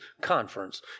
conference